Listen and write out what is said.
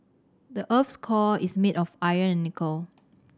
the earth's core is made of iron and nickel